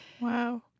Wow